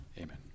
Amen